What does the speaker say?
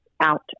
out